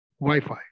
wi-fi